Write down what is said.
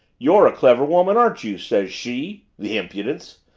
you're a clever woman, aren't you says she the impudence!